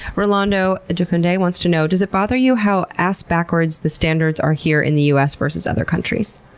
rolando de cunday wants to know does it bother you how ass backwards the standards are here in the us versus other countries?